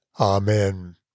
Amen